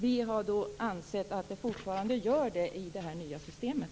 Vi anser att den finns i det nya systemet.